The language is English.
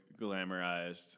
glamorized